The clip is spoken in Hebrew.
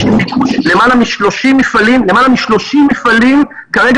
יש לי ביקוש של למעלה מ-30 מפעלים כרגע